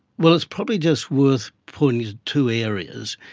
well, it's probably just worth pointing to two areas.